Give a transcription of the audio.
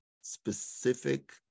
specific